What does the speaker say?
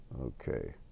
Okay